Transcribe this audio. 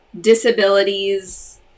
disabilities